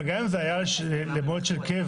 אבל גם אם זה היה למועד של קבע